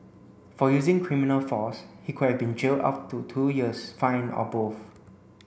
for using criminal force he could have been jailed up to two years fined or both